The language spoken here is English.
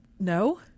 No